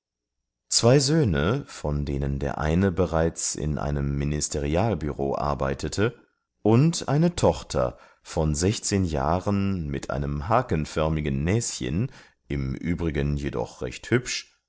zwei söhne von denen der eine bereits in einem ministerialbüro arbeitete und eine tochter von sechzehn jahren mit einem hakenförmigen näschen im übrigen jedoch recht hübsch